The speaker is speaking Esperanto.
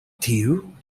tiu